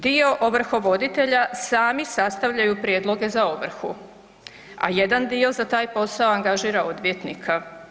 Dio ovrhovoditelja sami sastavljaju prijedloge za ovrhu a jedan dio za taj posao angažira odvjetnika.